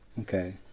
Okay